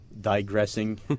digressing